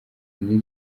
lil